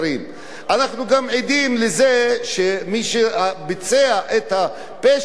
אנחנו גם עדים לזה שמי שביצע את הפשע הנורא,